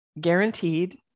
guaranteed